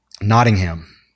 Nottingham